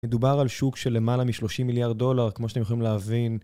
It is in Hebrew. מדובר על שוק של למעלה מ-30 מיליארד דולר, כמו שאתם יכולים להבין,